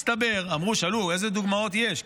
שאלו איזה דוגמאות יש,